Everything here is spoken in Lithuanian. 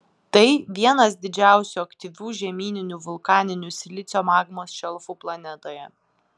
tai vienas didžiausių aktyvių žemyninių vulkaninių silicio magmos šelfų planetoje